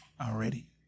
already